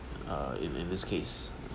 uh in in this case